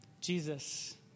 Jesus